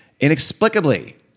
Inexplicably